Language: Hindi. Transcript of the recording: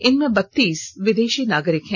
इनमें बत्तीस विदेशी नागरिक हैं